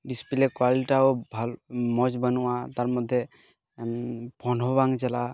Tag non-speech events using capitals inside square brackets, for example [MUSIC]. display ᱠᱳᱣᱟᱞᱤᱴᱤᱴᱟᱣ [UNINTELLIGIBLE] ᱢᱚᱡᱽ ᱵᱟᱹᱱᱩᱜᱼᱟ ᱛᱟᱨ ᱢᱚᱫᱽᱫᱷᱮ ᱯᱷᱳᱱᱦᱚᱸ ᱵᱟᱝ ᱪᱟᱞᱟᱜᱼᱟ